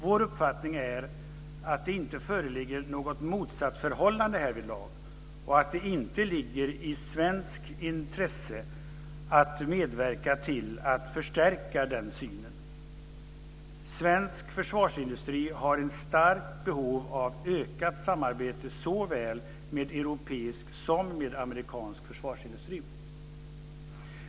Vår uppfattning är att det inte föreligger något motsatsförhållande härvidlag och att det inte ligger i svenskt intresse att medverka till att förstärka den synen. Svensk försvarsindustri har ett starkt behov av ökat samarbete såväl med europeisk som med amerikansk försvarsindustri.